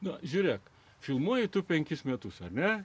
na žiūrėk filmuoji tu penkis metus ar ne